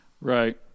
right